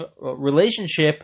relationship